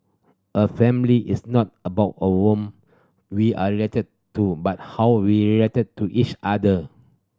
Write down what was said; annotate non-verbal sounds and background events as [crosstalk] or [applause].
a family is not about [unintelligible] we are related to but how we relate to each other